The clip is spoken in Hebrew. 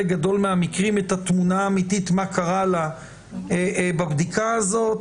גדול מהמקרים את התמונה האמיתית מה קרה לה בבדיקה הזאת